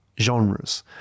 genres